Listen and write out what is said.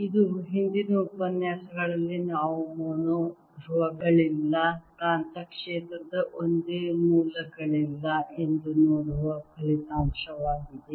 ಇದು ಹಿಂದಿನ ಉಪನ್ಯಾಸಗಳಲ್ಲಿ ನಾವು ಮೊನೊ ಧ್ರುವಗಳಿಲ್ಲ ಕಾಂತಕ್ಷೇತ್ರದ ಒಂದೇ ಮೂಲಗಳಿಲ್ಲ ಎಂದು ನೋಡುವ ಫಲಿತಾಂಶವಾಗಿದೆ